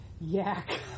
yak